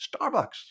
Starbucks